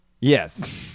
Yes